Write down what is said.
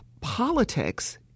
politics